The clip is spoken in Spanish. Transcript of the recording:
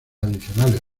adicionales